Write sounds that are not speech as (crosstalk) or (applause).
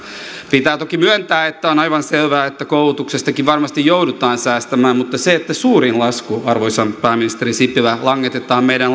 pitää toki myöntää että on aivan selvää että koulutuksestakin varmasti joudutaan säästämään mutta se että suurin lasku arvoisa pääministeri sipilä langetetaan meidän (unintelligible)